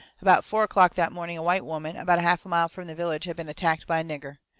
about four o'clock that morning a white woman about a half a mile from the village had been attacked by a nigger.